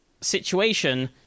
situation